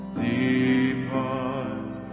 depart